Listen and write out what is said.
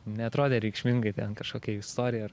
neatrodė reikšmingai ten kažkokia istorija ar